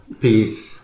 Peace